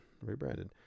rebranded